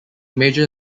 major